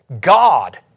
God